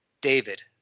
David